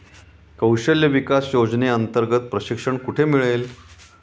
कौशल्य विकास योजनेअंतर्गत प्रशिक्षण कुठे मिळेल?